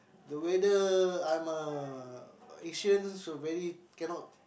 the weather I'm a Asians very cannot